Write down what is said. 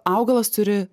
augalas turi